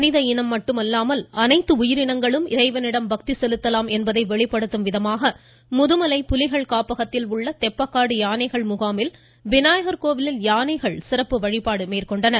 மனித இனம் மட்டுமல்லாமல் அனைத்து உயிரினங்களும் இறைவனிடம் பக்தி செலுத்தலாம் என்பதை வெளிப்படுத்தும் விதமாக முதுமலை புலிகள் காப்பகத்தில் உள்ள தெப்பக்காடு யானைகள் முகாமில் உள்ள விநாயகர் கோவிலில் யானைகள் சிறப்பு வழிபாடு மேற்கொண்டன